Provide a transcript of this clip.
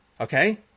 okay